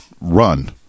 run